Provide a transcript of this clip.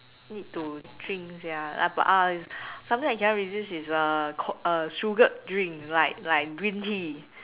need to drink sia ah but uh is sometimes I can not resist is the coke uh sugared drinks like like green tea